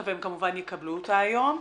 והם כמובן יקבלו אותה היום.